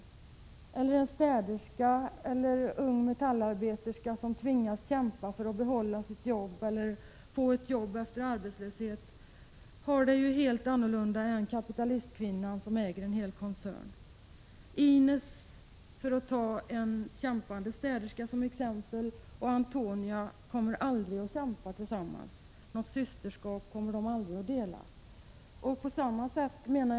Eller ta t.ex. en städerska eller en ung metallarbeterska som tvingas kämpa för att behålla sitt jobb eller för att få ett jobb efter en period av arbetslöshet. En sådan kvinna lever helt annorlunda jämfört med kapitalistkvinnan som äger en hel koncern. Inez, för att ta en kämpande städerska som exempel, och Antonia kommer aldrig att kämpa tillsammans. Det kommer aldrig att bli fråga om något systerskap mellan dem.